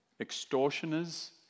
extortioners